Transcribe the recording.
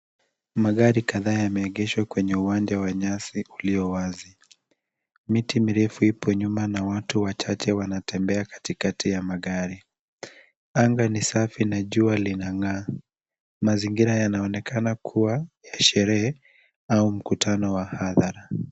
Magari kadhaa yameegeshwa kwenye uwanja wa nyasi ulio wazi. Miti mirefu ipo nyuma na watu wachache wanatembea katikati ya magari. Anga ni safi na jua linang'aa. Mazingira yanaonekana kuwa ya sherehe au mkutano wa mahadhara.